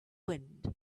wind